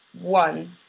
one